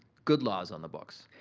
good laws on the books.